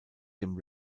dem